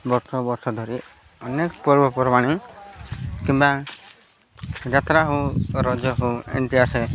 ବର୍ଷ ବର୍ଷ ଧରି ଅନେକ ପର୍ବପର୍ବାଣି କିମ୍ବା ଯାତ୍ରା ହଉ ରଜ ହଉ ଏମିତି ଆସେ